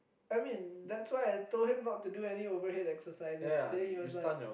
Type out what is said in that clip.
I mean that's why I told him not to do any overhead exercises then he was like